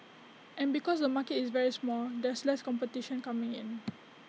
and because the market is very small there's less competition coming in